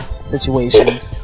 situations